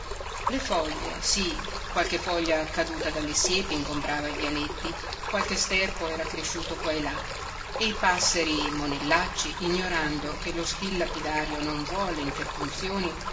le foglie sì qualche foglia caduta dalle siepi ingombrava i vialetti qualche sterpo era cresciuto qua e là e i passeri monellacci ignorando che lo stil lapidario non vuole interpunzioni